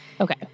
okay